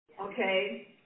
Okay